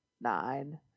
nine